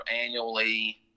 annually